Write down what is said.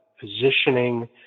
positioning